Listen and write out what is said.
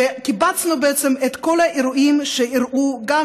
וקיבצנו בעצם את כל האירועים שאירעו, גם